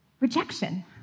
rejection